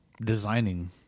designing